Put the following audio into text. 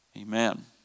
Amen